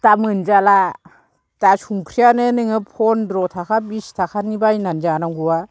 दा मोनजाला दा संख्रियानो नोङो फन्द्र थाखा बिस थाखानि बायना जानांगौआ